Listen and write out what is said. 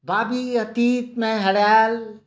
बाबी अतीतमे हरायल